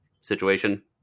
situation